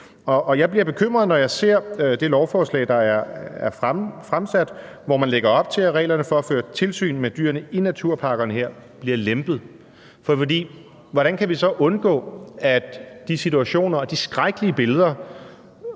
Jeg bliver bekymret, når jeg ser det lovforslag, der er fremsat, og hvor man lægger op til, at reglerne for at føre tilsyn med dyrene i naturparkerne bliver lempet, for hvordan kan vi undgå, at de situationer og de skrækkelige billeder